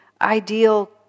ideal